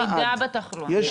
ירידה בתחלואה.